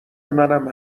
منم